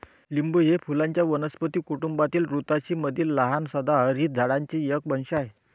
लिंबू हे फुलांच्या वनस्पती कुटुंबातील रुतासी मधील लहान सदाहरित झाडांचे एक वंश आहे